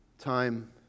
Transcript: time